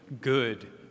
good